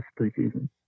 preseason